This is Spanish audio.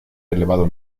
elevado